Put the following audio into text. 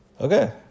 Okay